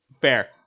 Fair